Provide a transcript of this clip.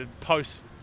post-